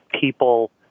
people